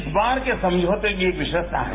इस बार के समझौते की एक विशेषता है